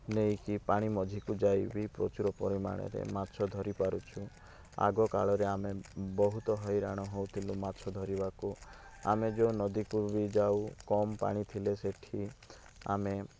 ନେଇକି ପାଣି ମଝିକୁ ଯାଇବି ପ୍ରଚୁର ପରିମାଣ ରେ ମାଛ ଧରି ପାରୁଛୁ ଆଗ କାଳରେ ଆମେ ବହୁତ ହଇରାଣ ହଉଥିଲୁ ମାଛ ଧରିବାକୁ ଆମେ ଯେଉଁ ନଦୀ କୁ ବି ଯାଉ କମ୍ ପାଣି ଥିଲେ ସେଇଠି ଆମେ